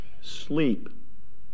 sleep